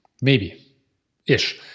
maybe-ish